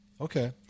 Okay